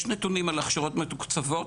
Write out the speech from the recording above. יש נתונים על הכשרות מתוקצבות.